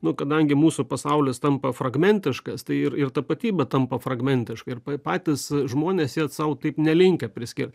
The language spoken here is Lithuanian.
nu kadangi mūsų pasaulis tampa fragmentiškas tai ir ir tapatybė tampa fragmentiška ir pa patys žmonės jie sau taip nelinkę priskirt